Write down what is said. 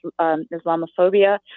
Islamophobia